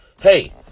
Hey